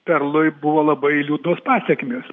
perlui buvo labai liūdnos pasekmės